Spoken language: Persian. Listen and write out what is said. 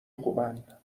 خوبن